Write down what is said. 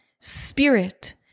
spirit